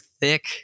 thick